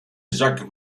jacques